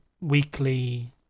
weekly